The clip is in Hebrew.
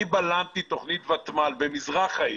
אני בלמתי תכנית ותמ"ל במזרח העיר.